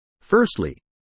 Firstly